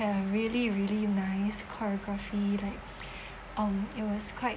really really nice choreography like um it was quite